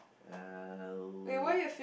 uh